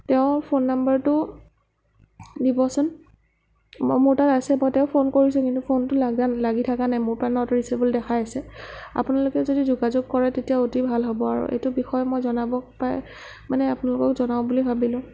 তেওঁৰ ফোন নাম্বাৰটো দিবচোন মই মোৰ তাত আছে বাৰু তেওঁ ফোন কৰিছোঁ কিন্তু ফোনটো লাগা নাই লাগি থকা নাই মোৰ পৰা নট ৰিছেৱল দেখাই আছে আপোনালোকে যদি যোগাযোগ কৰে তেতিয়া ভাল হ'ব আৰু এইটো বিষয় মই জনাব পাই মানে আপোনালোকক জনাওঁ বুলি ভাবিলোঁ